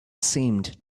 seemed